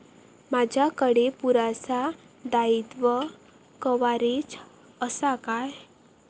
माजाकडे पुरासा दाईत्वा कव्हारेज असा काय?